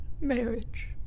marriage